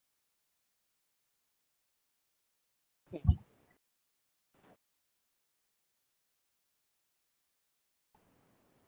okay